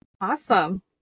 Awesome